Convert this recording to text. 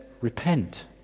repent